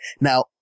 Now